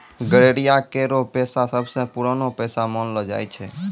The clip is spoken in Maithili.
गड़ेरिया केरो पेशा सबसें पुरानो पेशा मानलो जाय छै